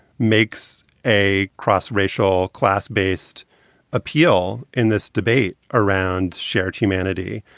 makes a cross racial class based appeal in this debate around shared humanity.